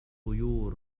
الطيور